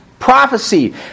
Prophecy